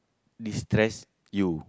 destress you